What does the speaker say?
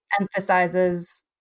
emphasizes